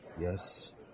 Yes